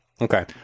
Okay